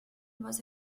was